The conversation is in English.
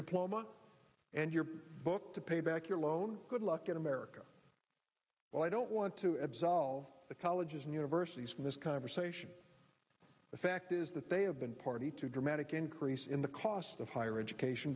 diploma and your book to pay back your loan good luck in america well i don't want to absolve the colleges and universities from this conversation the fact is that they have been party to a dramatic increase in the cost of higher education